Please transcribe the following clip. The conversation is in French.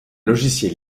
logiciel